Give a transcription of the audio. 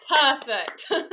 perfect